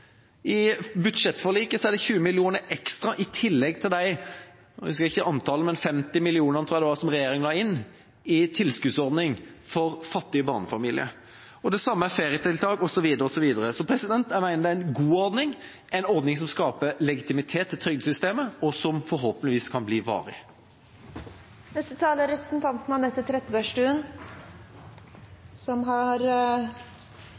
I budsjettforliket er det 20 mill. kr ekstra i tillegg til de – nå husker jeg ikke antallet – 50 mill. kr, tror jeg, som regjeringa la inn i tilskuddsordninga for fattige barnefamilier, og det samme med ferietiltak osv. Jeg mener det er en god ordning, en ordning som skaper legitimitet til trygdesystemet, og som forhåpentligvis kan bli varig. Representanten Anette